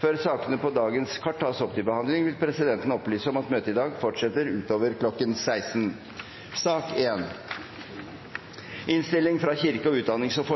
Før sakene på dagens kart tas opp til behandling, vil presidenten opplyse om at møtet i dag fortsetter utover kl. 16. Etter ønske fra kirke-, utdannings- og